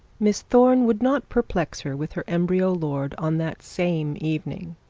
miss thorne would not perplex her with her embryo lord on that same evening,